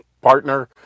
partner